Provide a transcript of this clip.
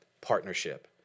partnership